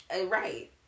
right